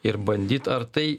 ir bandyt ar tai